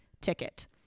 ticket